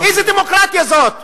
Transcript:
איזו דמוקרטיה זו?